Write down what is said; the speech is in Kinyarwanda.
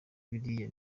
biriya